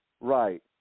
Right